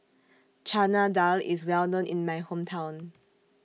Chana Dal IS Well known in My Hometown